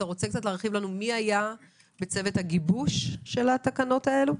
האם אתה רוצה להרחיב לנו מי היה בצוות הגיבוש של התקנות האלה?